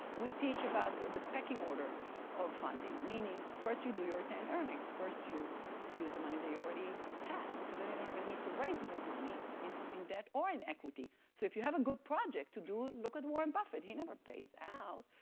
we teach about the pecking order of funding, meaning, first you do your retained earnings, first you use the money they already have, because then you don't even need to raise new money in in debt or in equity. so if you have a good project to do, look at warren buffett. he never pays out.